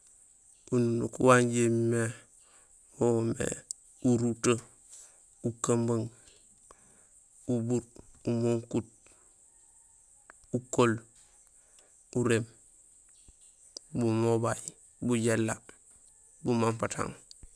Ununuk wanjé imimé wo woomé uruto, ukumbung, ubuur, umunkut, ukool, uréém, bumobay, bujéél, bumampatang.